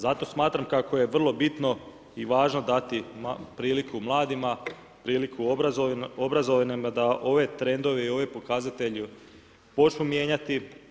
Zato smatram kako je vrlo bitno i važno dati priliku mladima, priliku obrazovanima da ove trendove i ove pokazatelje počnu mijenjati.